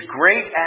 great